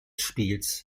spiels